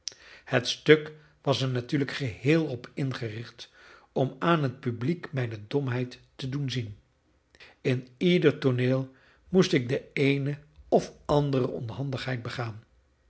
het stuk was er natuurlijk geheel op ingericht om aan het publiek mijne domheid te doen zien in ieder tooneel moest ik de eene of andere onhandigheid begaan